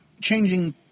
Changing